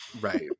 right